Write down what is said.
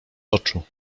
oczu